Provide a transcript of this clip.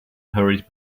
hurried